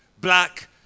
black